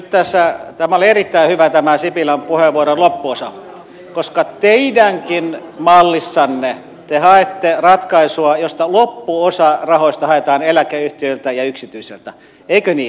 tämä oli erittäin hyvä tämä sipilän puheenvuoron loppuosa koska teidänkin mallissanne te haette ratkaisua jossa loppuosa rahoista haetaan eläkeyhtiöiltä ja yksityisiltä eikö niin